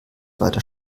weiter